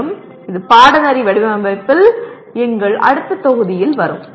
மேலும் இது பாடநெறி வடிவமைப்பில் எங்கள் அடுத்த தொகுதியில் வரும்